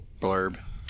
blurb